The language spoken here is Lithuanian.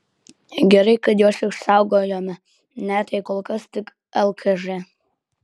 gerai kad juos išsaugojome net jei kol kas tik lkž